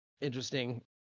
interesting